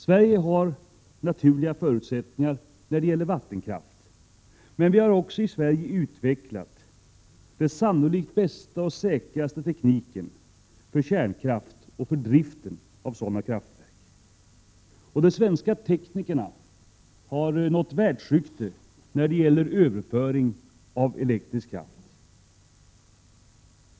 Sverige har naturliga förutsättningar när det gäller vattenkraft. Men vi har också i Sverige utvecklat den sannolikt bästa och säkraste tekniken för kärnkraft och för driften av sådana kraftverk. De svenska teknikerna har nått världsrykte när det gäller överföring av elektrisk kraft.